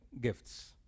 gifts